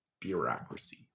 bureaucracy